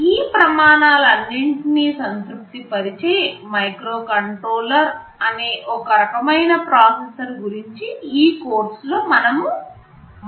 ఈ ప్రమాణాలు అన్నింటిని సంతృప్తి పరిచే మైక్రో కంట్రోలర్ అనే ఒక రకమైన ప్రాసెసర్ గురించి ఈ కోర్సు లో మనము మాట్లాడుతాము